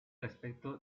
respecto